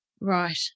Right